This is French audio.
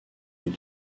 les